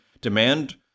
demand